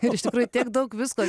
iš tikrųjų tiek daug visko